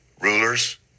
rulers